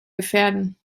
gefährden